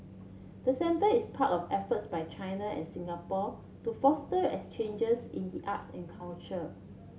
the centre is part of efforts by China and Singapore to foster exchanges in the arts and culture